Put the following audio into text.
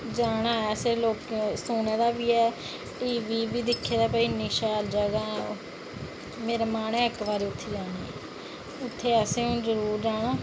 जाना ऐ असें लोकें कोला सुने दा बी ऐ टीवी दिक्खे दा की भई इन्नी शैल जगह ऐ ओह् ते मेरा मन ऐ इक्क बारी उत्थै जाने ई उत्थै असें जरूर जाना